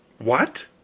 what?